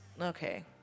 okay